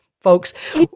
Folks